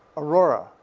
aurora,